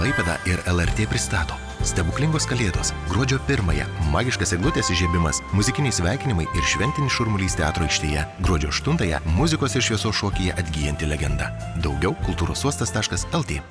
klaipėda ir lrt pristato stebuklingos kalėdos gruodžio pirmąją magiškas eglutės įžiebimas muzikiniai sveikinimai ir šventinis šurmulys teatro aikštėje gruodžio aštunąją muzikos ir šviesos šokyje atgyjanti legenda daugiau kultūros uostas taškas el t